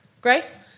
Grace